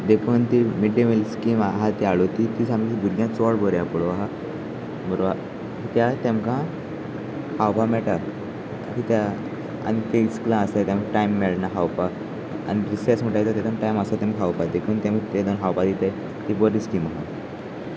देखून ती mid day meal scheme आहा ती हाडली ती ती सामक भुरग्यांक चड बरी पळो आसा बरो कित्या तेमकां खावपा मेळटा कित्या आनी ते इसकलां आसता तेमक टायम मेळना खावपाक आनी रिसेस म्हणटा तेतून टायम आसा तेम खावपाक देखून तेमक तेतून खावपा दिताय ती बरी स्कीम आसा